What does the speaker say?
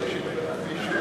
חיים אורון לסעיף 2 לא נתקבלה.